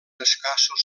escassos